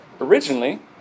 Originally